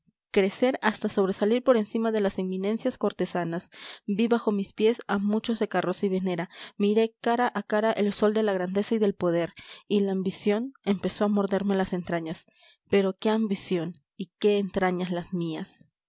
crecer hasta sobresalir por encima de las eminencias cortesanas vi bajo mis pies a muchos de carroza y venera miré cara a cara el sol de la grandeza y del poder y la ambición empezó a morderme las entrañas pero qué ambición y qué entrañas las mías